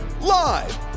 Live